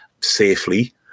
safely